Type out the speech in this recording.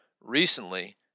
recently